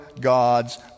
gods